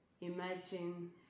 imagine